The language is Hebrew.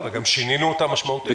גם שינינו אותה משמעותית.